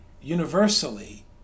universally